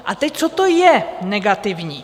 A teď, co to je, negativní?